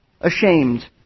ashamed